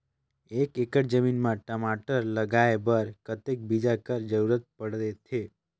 एक एकड़ जमीन म टमाटर लगाय बर कतेक बीजा कर जरूरत पड़थे?